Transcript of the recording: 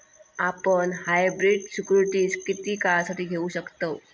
आपण hybrid securities किती काळासाठी घेऊ शकतव